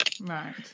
right